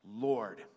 Lord